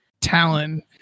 Talon